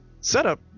setup